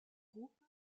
groupe